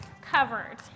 Covered